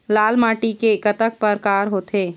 लाल माटी के कतक परकार होथे?